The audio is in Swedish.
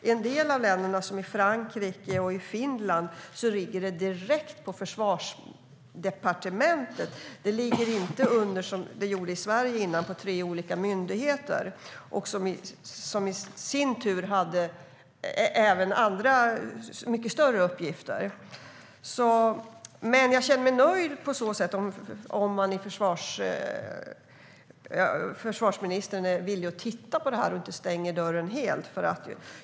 I en del länder, som Frankrike och Finland, ligger det direkt på Försvarsdepartementet. Det ligger inte under tre olika myndigheter som i sin tur även hade mycket större uppgifter, som det gjorde i Sverige tidigare. Jag känner mig nöjd om försvarsministern är villig att titta på detta och inte stänger dörren helt.